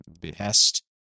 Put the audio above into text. behest